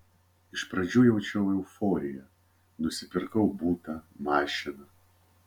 iš pradžių jaučiau euforiją nusipirkau butą mašiną